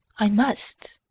i must.